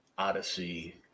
Odyssey